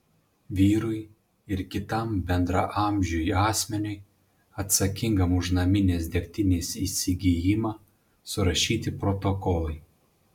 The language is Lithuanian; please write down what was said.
vyrui ir kitam bendraamžiui asmeniui atsakingam už naminės degtinės įsigijimą surašyti protokolai